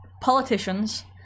politicians